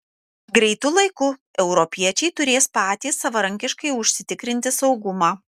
greitu laiku europiečiai turės patys savarankiškai užsitikrinti saugumą